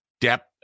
depth